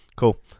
Cool